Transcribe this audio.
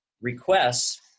requests